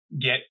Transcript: get